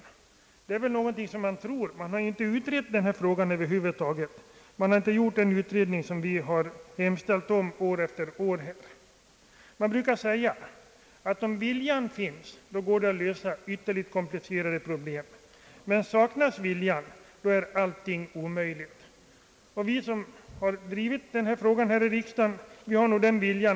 Detta är väl någonting som man tror — man har ju inte utrett denna fråga över huvud taget och man har inte gjort den utredning som vi har hemställt om år efter år. Det brukar sägas att om viljan finns, går det att lösa ytterligt komplicerade problem men, att om viljan saknas är allting omöjligt. Vi som har drivit denna linje här i riksdagen när det gäller en utredning i frågan har denna vilja.